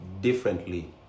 differently